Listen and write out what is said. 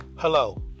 Hello